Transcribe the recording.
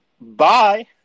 Bye